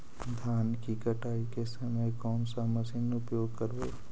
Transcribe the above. धान की कटाई के समय कोन सा मशीन उपयोग करबू?